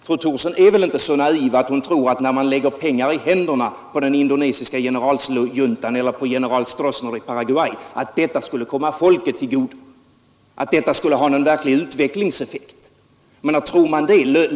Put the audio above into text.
Fru Thorsson är väl inte så naiv att hon tror att när man lägger pengar i händerna på den indonesiska generalsjuntan eller på general Stroessner i Paraguay skulle detta komma folket till godo, skulle detta ha någon verklig utvecklingseffekt?